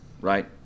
right